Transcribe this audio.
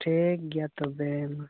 ᱴᱷᱤᱠᱜᱮᱭᱟ ᱛᱚᱵᱮ ᱢᱟ